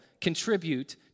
contribute